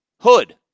hood